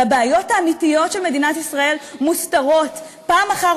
והבעיות האמיתיות של מדינת ישראל מוסתרות פעם אחר